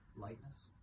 lightness